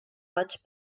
much